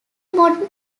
modern